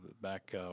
Back